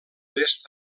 est